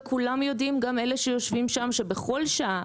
וכולם יודעים גם אלה שיושבים שם שבכל שעה,